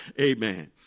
Amen